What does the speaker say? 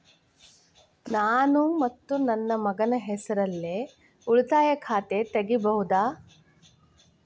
ನಾನು ಮತ್ತು ನನ್ನ ಮಗನ ಹೆಸರಲ್ಲೇ ಉಳಿತಾಯ ಖಾತ ತೆಗಿಬಹುದ?